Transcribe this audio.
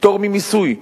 פטור ממיסוי,